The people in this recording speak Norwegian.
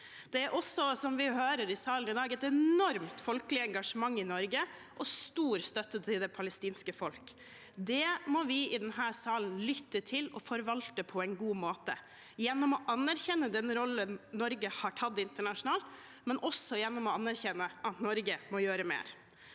Det er også, som vi hører i salen i dag, et enormt folkelig engasjement i Norge og stor støtte til det palestinske folk. Det må vi i denne salen lytte til og forvalte på en god måte gjennom å anerkjenne den rollen Norge har tatt internasjonalt, men også gjennom å anerkjenne at Norge må gjøre mer.